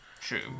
True